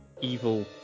evil